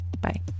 Bye